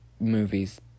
movies